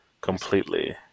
completely